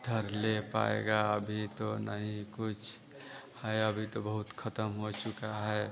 धर ले पाएगा अभी तो कुछ नहीं कुछ है अभी तो बहुत ख़त्म हो चुका है